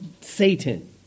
Satan